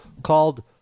Called